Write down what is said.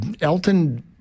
Elton